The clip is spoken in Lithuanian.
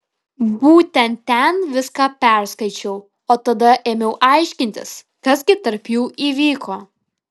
būtent ten viską perskaičiau o tada ėmiau aiškintis kas gi tarp jų įvyko